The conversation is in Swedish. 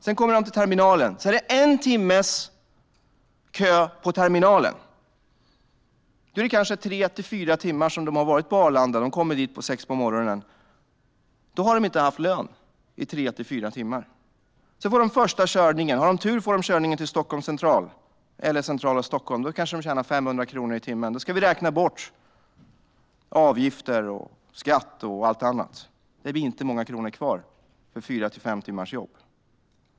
De kommer till terminalen, och sedan är det en timmes kö på terminalen. Det är kanske tre till fyra timmar som de har varit på Arlanda, de kommer dit sex på morgonen, och de har inte haft lön i tre till fyra timmar. Sedan får de första körningen. Har de tur får de körningen till Stockholms central eller centrala Stockholm. Då kanske de tjänar 500 kronor i timmen. Då ska vi räkna bort avgifter, skatt och allt annat. Det blir inte många kronor kvar för fyra till fem timmars jobb.